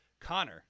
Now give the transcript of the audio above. Connor